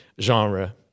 genre